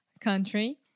country